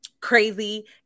crazy